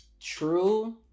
True